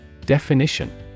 Definition